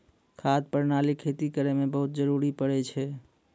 खाद प्रणाली खेती करै म बहुत जरुरी पड़ै छै